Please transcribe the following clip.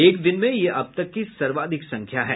एक दिन में यह अब तक की सर्वाधिक संख्या है